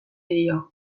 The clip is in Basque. dio